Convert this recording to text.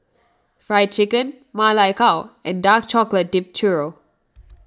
Fried Chicken Ma Lai Gao and Dark Chocolate Dipped Churro